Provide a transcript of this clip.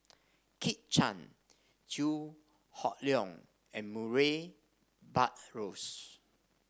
Kit Chan Chew Hock Leong and Murray Buttrose